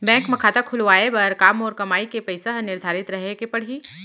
Bank म खाता खुलवाये बर का मोर कमाई के पइसा ह निर्धारित रहे के पड़ही?